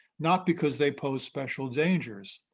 not because they pose special dangers.